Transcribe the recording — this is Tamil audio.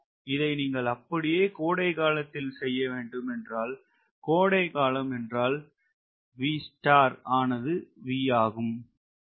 இதை நீங்கள் அப்படியே கோடை காலத்தில் செய்ய வேண்டும் என்றால் கோடை காலம் என்றால் V ஆனது V ஆகும்